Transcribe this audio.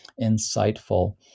insightful